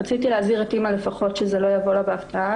רציתי להזהיר את אימא לפחות שזה לא יבוא לה בהפתעה.